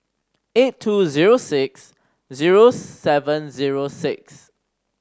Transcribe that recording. eight two zero six zero seven zero six